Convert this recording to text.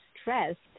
stressed